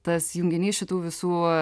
tas junginys šitų visų